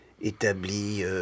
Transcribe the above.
établi